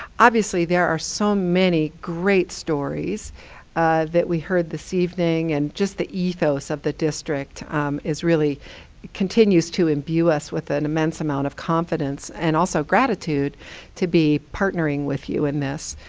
obviously, there are so many great stories that we heard this evening, and just the ethos of the district really continues to imbue us with an immense amount of confidence, and also gratitude to be partnering with you in this.